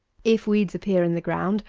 if weeds appear in the ground,